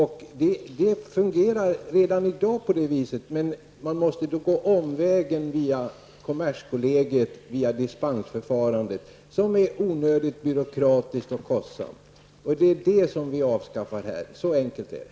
Det fungerar redan i dag på det viset, men man måste gå omvägen via kommerskollegium, via dispensförfarandet, och detta är onödigt byråkratiskt och kostsamt. Det är detta som vi avskaffar här. Så enkelt är det.